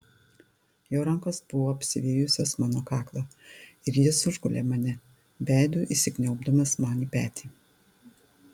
jo rankos buvo apsivijusios mano kaklą ir jis užgulė mane veidu įsikniaubdamas man į petį